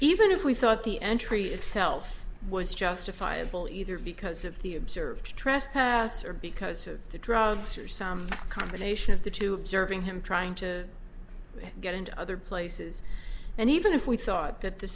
even if we thought the entry itself was justifiable either because of the observed trespasser because of the drugs or some combination of the two observing him trying to get into other places and even if we thought that the